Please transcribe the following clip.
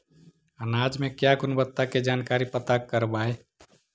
अनाज मे क्या गुणवत्ता के जानकारी पता करबाय?